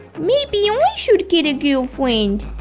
maybe ah i should get a girlfriend.